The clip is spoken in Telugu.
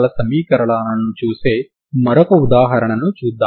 మీరు మొత్తం శక్తి 0 అని చూస్తారు